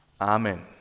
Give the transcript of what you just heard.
Amen